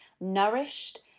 nourished